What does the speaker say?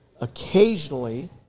Occasionally